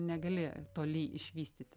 negali toli išvystyti